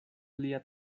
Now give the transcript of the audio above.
lia